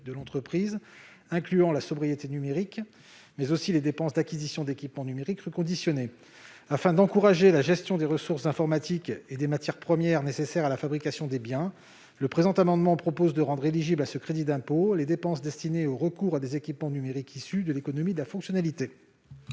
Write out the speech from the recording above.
numérique incluant la sobriété numérique, mais aussi les dépenses d'acquisition d'équipements numériques reconditionnés. Afin d'encourager la gestion des ressources informatiques et des matières premières nécessaires à la fabrication des biens, le présent amendement tend donc à rendre éligibles à ce crédit d'impôt les dépenses destinées au recours à des équipements numériques issus de l'économie de la fonctionnalité.